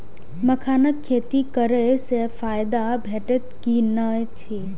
मखानक खेती करे स फायदा भेटत की नै अछि?